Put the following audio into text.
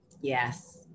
yes